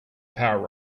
power